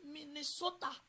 Minnesota